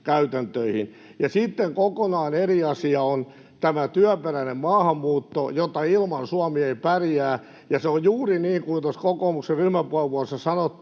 Sitten kokonaan eri asia on tämä työperäinen maahanmuutto, jota ilman Suomi ei pärjää, ja se on juuri niin kuin kokoomuksen ryhmäpuheenvuorossa sanottiin: